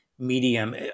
medium